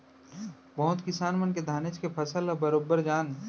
बहुते किसान मन के धानेच के फसल ल बरोबर जान